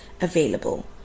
available